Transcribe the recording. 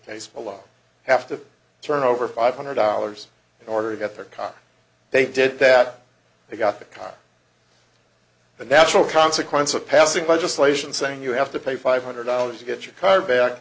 case by law have to turn over five hundred dollars in order to get their car they did that they got the car the natural consequence of passing legislation saying you have to pay five hundred dollars to get your car back